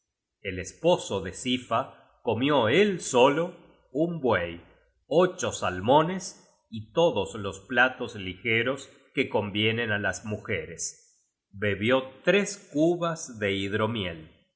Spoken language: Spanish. el esposo de sifa comió él solo un buey ocho salmones y todos los platos ligeros que convienen á las mujeres bebió tres cubas de hidromiel